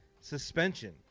suspension